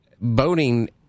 Boating